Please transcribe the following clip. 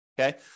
okay